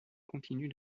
continue